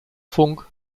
funk